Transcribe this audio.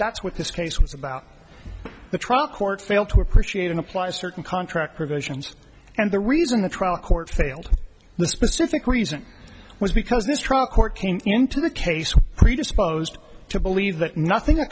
that's what this case was about the trial court failed to appreciate and apply certain contract provisions and the reason the trial court failed the specific reason was because this truck court came into the case predisposed to believe that nothing